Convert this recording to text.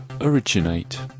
originate